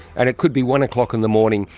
and it could be one o'clock in the morning.